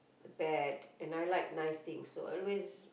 the bat and I like nice things so I always